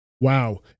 Wow